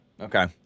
Okay